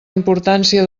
importància